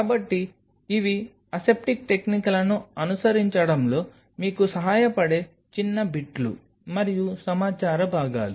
కాబట్టి ఇవి అసెప్టిక్ టెక్నిక్లను అనుసరించడంలో మీకు సహాయపడే చిన్న బిట్లు మరియు సమాచార భాగాలు